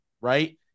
right